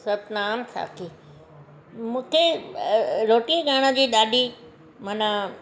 सतनाम साखी मूंखे रोटी करण जी ॾाढी मना